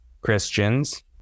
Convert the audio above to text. Christians